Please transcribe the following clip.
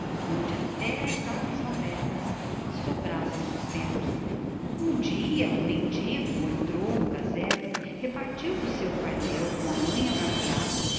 onde até às aves maléficas sobrava o sustento um dia um mendigo entrou no casebre repartiu do seu farnel com a mãe amargurada